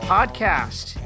Podcast